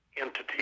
entity